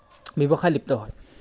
ব্যৱসায়ত লিপ্ত হয়